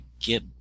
get